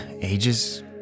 Ages